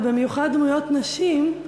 ובמיוחד דמויות נשים,